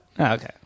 okay